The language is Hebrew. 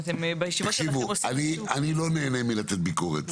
אני לא נהנה מלתת ביקורת,